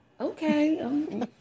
okay